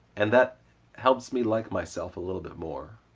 and that helps me like myself a little bit more.